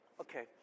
Okay